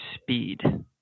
speed